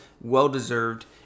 well-deserved